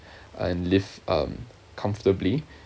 and live um comfortably